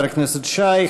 תודה, חבר הכנסת שי.